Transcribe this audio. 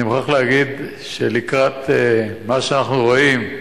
אני מוכרח להגיד שלקראת מה שאנחנו רואים,